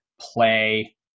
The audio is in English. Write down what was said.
play